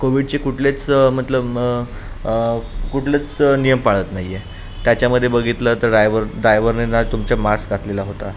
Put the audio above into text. कोविडचे कुठलेच मतलब कुठलंच नियम पाळत नाही आहे त्याच्यामध्ये बघितलं तर ड्रायवर ड्रायव्हरने ना तुमच्या मास्क घातलेला होता